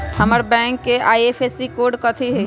हमर बैंक के IFSC code कथि हई?